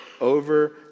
over